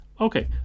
okay